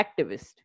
activist